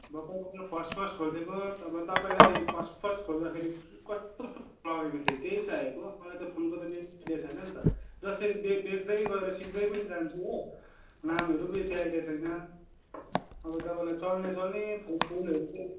भर्खर भर्खर first first खोलेको अब तपाईँलाई फर्स्ट फर्स्ट खोल्दाखेरि कस्तो लगेको थियो त्यही चाहिएको मलाई त फुलको त त्यति आइडिया छैन नि त जसरी बे बेच्दै गएर सिक्दै पनि जान्छु हो नामहरू बेसी आइडिया छैन अब तपाईँलाई चल्ने चल्ने फुलहरू चाहिँ